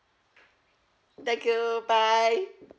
thank you bye